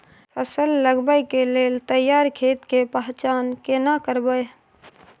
फसल लगबै के लेल तैयार खेत के पहचान केना करबै?